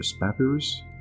Papyrus